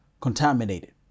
contaminated